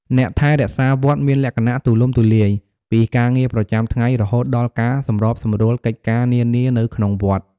អ្នកថែរក្សាវត្តមានលក្ខណៈទូលំទូលាយ ពីការងារប្រចាំថ្ងៃរហូតដល់ការសម្របសម្រួលកិច្ចការនានានៅក្នុងវត្ត។